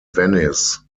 venice